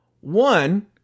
One